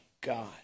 God